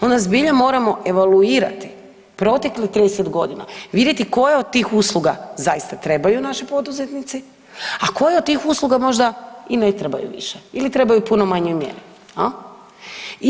Onda zbilja moramo evaluirati proteklih 30.g. i vidjeti koje od tih usluga zaista trebaju naši poduzetnici, a koje od tih usluga možda i ne trebaju više ili trebaju u puno manjoj mjeri, jel.